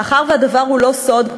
מאחר שהדבר הוא לא סוד.